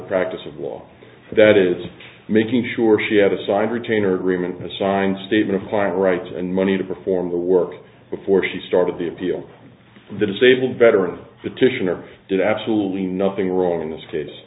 practice of law that is making sure she had a signed retainer agreement and a signed statement of quiet rights and money to perform the work before she started the appeal the disabled veteran titian or did absolutely nothing wrong in this case